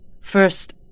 First